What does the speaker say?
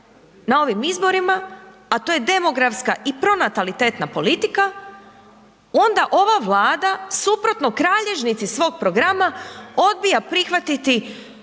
na ovim izborima, a to je demografska i pronatalitetna politika onda ova Vlada suprotno kralježnici svog programa odbija prihvatiti